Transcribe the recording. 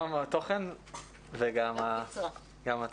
גם התוכן וגם התמצות.